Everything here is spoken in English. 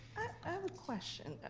i have a question,